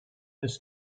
this